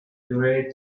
great